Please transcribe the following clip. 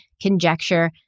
conjecture